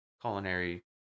culinary